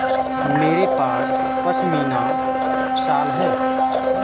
मेरे पास पशमीना शॉल है